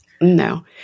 No